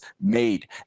made